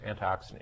antioxidant